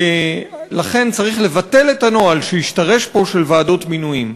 ולכן צריך לבטל את הנוהל שהשתרש פה של ועדות מינויים.